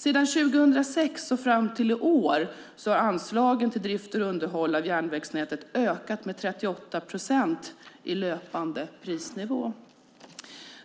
Sedan år 2006 fram till i år har anslagen till drift och underhåll av järnvägsnätet ökat med 38 procent i löpande prisnivå.